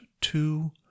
two